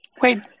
Wait